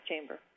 Chamber